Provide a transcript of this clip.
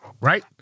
right